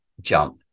jump